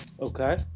Okay